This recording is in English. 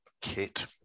Kit